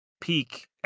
peak